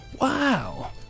wow